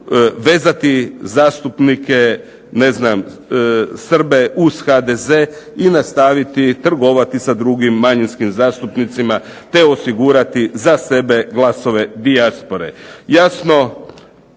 vezati zastupnike Srbe uz HDZ i nastaviti trgovati sa ostalim manjinskim zastupnicima te osigurati za sebe glasove dijaspore. Jasno